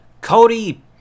Cody